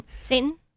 Satan